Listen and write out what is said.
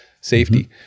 safety